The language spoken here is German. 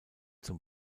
zum